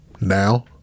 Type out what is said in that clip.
now